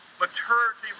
Maturity